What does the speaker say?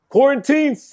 Quarantine